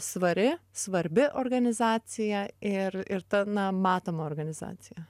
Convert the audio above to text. svari svarbi organizacija ir ir ta na matoma organizacija